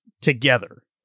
together